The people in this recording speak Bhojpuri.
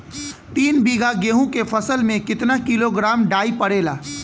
तीन बिघा गेहूँ के फसल मे कितना किलोग्राम डाई पड़ेला?